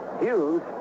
Hughes